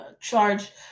charge